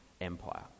Empire